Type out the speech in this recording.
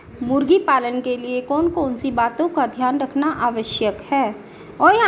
मुर्गी पालन के लिए कौन कौन सी बातों का ध्यान रखना आवश्यक है?